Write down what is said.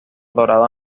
dorado